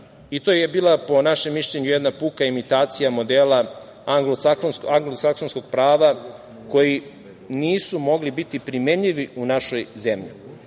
i to je bilo, po našem mišljenju, jedna puka imitacija modela anglosaksonskog prava, koji nisu mogli biti primenjivi u našoj zemlji.